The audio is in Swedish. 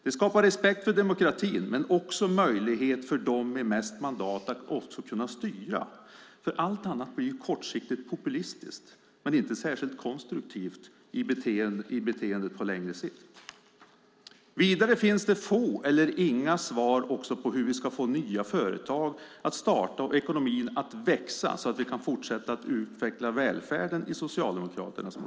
Det skapar respekt för demokratin men också möjlighet för dem med mest mandat att styra. Allt annat blir ett kortsiktigt populistiskt beteende som inte är särskilt konstruktivt på längre sikt. Vidare finns det få eller inga svar i Socialdemokraternas motion på hur vi ska få nya företag att starta och ekonomin att växa så att vi kan fortsätta att utveckla välfärden.